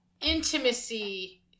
intimacy